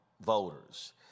voters